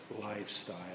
lifestyle